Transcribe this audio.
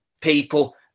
people